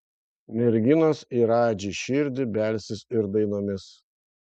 merginos į radži širdį belsis ir dainomis